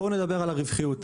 בואו נדבר על הרווחיות.